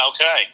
okay